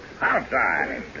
Outside